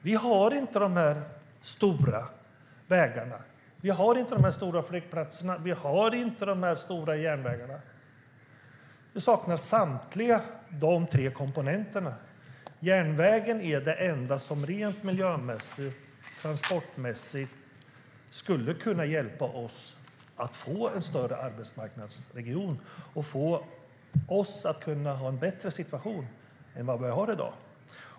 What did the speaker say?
Vi har inte stora vägar, flygplatser eller järnvägar. Samtliga dessa tre komponenter saknas. Järnvägen är det enda som rent miljömässigt och transportmässigt skulle kunna hjälpa oss att få en större arbetsmarknadsregion och få en bättre situation än vad vi har i dag.